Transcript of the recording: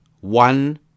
one